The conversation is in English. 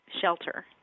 shelter